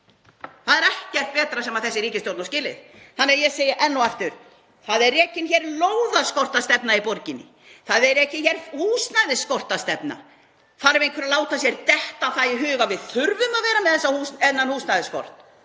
Það er ekkert betra sem þessi ríkisstjórn á skilið. Þannig að ég segi enn og aftur: Það er rekin hér lóðaskortsstefna í borginni. Það er rekin hér húsnæðisskortsstefna. Þarf einhver að láta sér detta það í hug að við þurfum að vera með þennan húsnæðisskort?